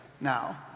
now